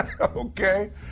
Okay